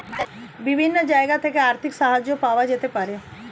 বিভিন্ন জায়গা থেকে আর্থিক সাহায্য পাওয়া যেতে পারে